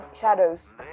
shadows